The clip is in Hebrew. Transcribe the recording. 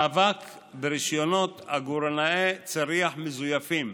מאבק ברישיונות עגורנאי צריח מזויפים,